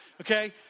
Okay